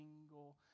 single